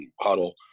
huddle